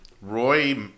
Roy